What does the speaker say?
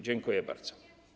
Dziękuję bardzo.